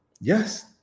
Yes